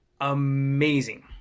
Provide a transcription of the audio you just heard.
amazing